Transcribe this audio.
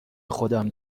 خودم